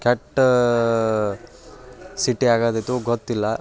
ಕೆಟ್ಟ ಸಿಟಿ ಆಗುತ್ತಿತೋ ಗೊತ್ತಿಲ್ಲ